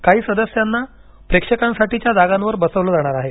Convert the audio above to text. काही सदस्यांना प्रेक्षकांसाठीच्या जागांवर बसवलं जाणार आहे